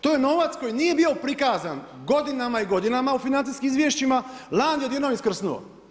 To je novac koji nije bio prikazan godinama i godinama u financijskim izvješćima, lani je odjednom iskrsnuo.